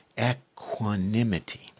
equanimity